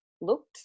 looked